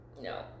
No